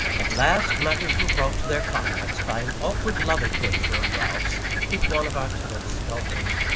at last, matters were brought to their climax by an awkward love adventure of ralph's with one of our tenants' daughters.